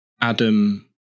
Adam